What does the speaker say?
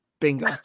Bingo